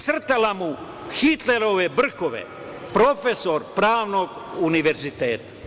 Crtala mu Hitlerove brkove, profesor Pranog univerziteta.